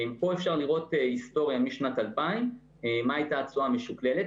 פה אפשר לראות היסטוריה משנת 2000 מה הייתה התשואה המשוקללת.